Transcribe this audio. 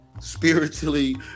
spiritually